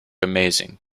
amazing